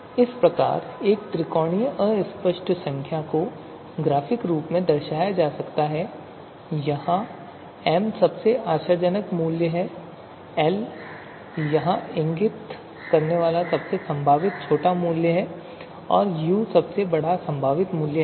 तो इस प्रकार एक त्रिकोणीय अस्पष्ट संख्या को ग्राफिक रूप से दर्शाया जा सकता है जहां एम सबसे आशाजनक मूल्य है एल यहां इंगित सबसे छोटा संभव मूल्य है और फिर यू सबसे बड़ा संभावित मूल्य है